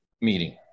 meeting